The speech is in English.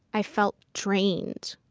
i felt drained.